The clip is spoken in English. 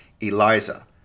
ELIZA